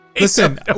Listen